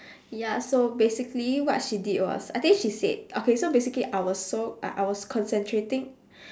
ya so basically what she did was I think she said okay so basically I was so like I was concentrating